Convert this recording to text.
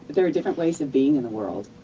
there are different ways of being in the world.